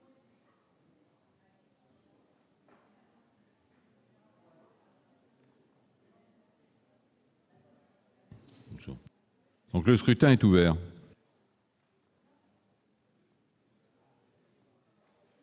Le scrutin est ouvert.